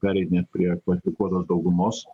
pereidinėt prie kvalifikuotos daugumos